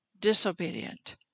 disobedient